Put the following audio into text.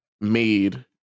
made